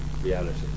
reality